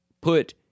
put